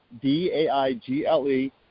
D-A-I-G-L-E